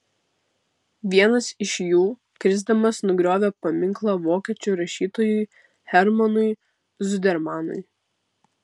vienas iš jų krisdamas nugriovė paminklą vokiečių rašytojui hermanui zudermanui